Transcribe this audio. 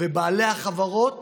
ובעלי החברות